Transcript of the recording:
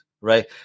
right